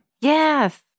Yes